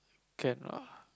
can lah